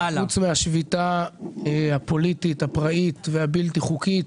חוץ מהשביתה הפוליטית, הפראית והבלתי חוקית